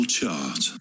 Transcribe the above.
Chart